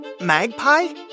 Magpie